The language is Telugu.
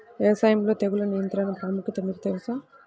వ్యవసాయంలో తెగుళ్ల నియంత్రణ ప్రాముఖ్యత మీకు తెలుసా?